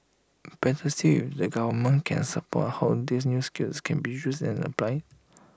better still if the government can support how these new skills can be used and applied